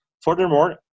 Furthermore